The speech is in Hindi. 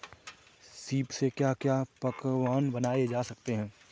सीप से क्या क्या पकवान बनाए जा सकते हैं?